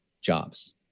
jobs